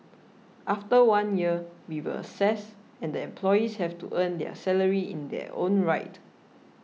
after one year we will assess and the employees have to earn their salary in their own right